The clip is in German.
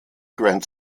grand